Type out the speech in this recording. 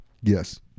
Yes